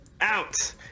out